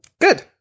good